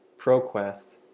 ProQuest